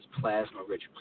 plasma-rich